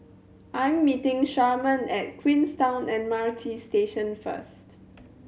I'm meeting Sharman at Queenstown M R T Station first